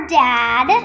dad